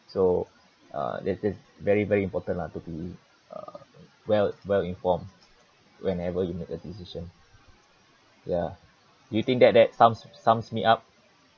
so that's very very important lah to be uh well well informed whenever you make a decision ya you think that that sums sums me up